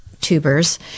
tubers